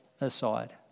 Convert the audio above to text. aside